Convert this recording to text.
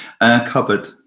cupboard